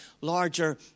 larger